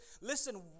Listen